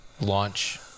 launch